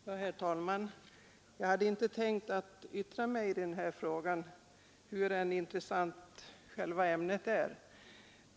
Herr talman! Jag hade inte tänkt yttra mig i den här debatten, hur intressant ämnet än är.